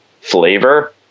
flavor